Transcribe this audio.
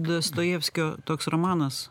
dostojevskio toks romanas